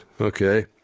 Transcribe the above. Okay